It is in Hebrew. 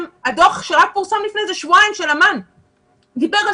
הדוח של אמ"ן שפורסם רק לפני כשבועיים דיבר על